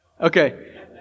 Okay